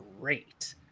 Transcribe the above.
great